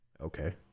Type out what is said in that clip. Okay